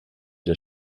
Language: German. der